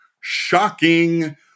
shocking